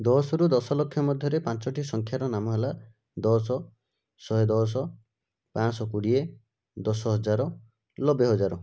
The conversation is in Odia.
ଦଶରୁ ଦଶଲକ୍ଷ ମଧ୍ୟରେ ପାଞ୍ଚଟି ସଂଖ୍ୟାର ନାମ ହେଲା ଦଶ ଶହେଦଶ ପାଞ୍ଚଶହ କୋଡ଼ିଏ ଦଶହଜାର ନବେହଜାର